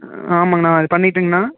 ஆமாங்கண்ணா அது பண்ணிட்டுங்குண்ணா